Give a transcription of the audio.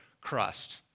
crust